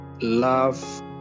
love